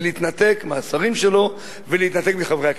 ולהתנתק מהשרים שלו ולהתנתק מחברי הכנסת?